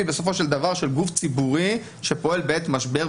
בסופו של דבר של גוף ציבורי שפועל בעת משבר,